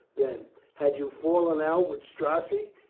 then? had you fallen out with strozzi?